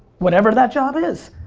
whatever that job is.